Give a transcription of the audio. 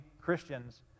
Christians